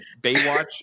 Baywatch